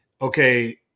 Okay